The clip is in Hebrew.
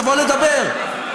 תבוא לדבר.